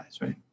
right